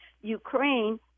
ukraine